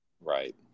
right